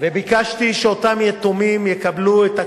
וביקשתי שאותם יתומים יקבלו את הקצבה,